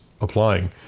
applying